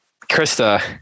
Krista